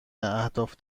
اهداف